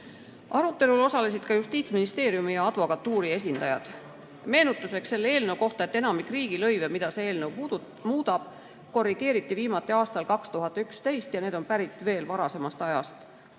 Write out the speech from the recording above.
Arutelul osalesid Justiitsministeeriumi ja advokatuuri esindajad. Meenutuseks selle eelnõu kohta, et enamikku riigilõive, mida see eelnõu muudab, korrigeeriti viimati aastal 2011 ja need on pärit veel varasemast ajast.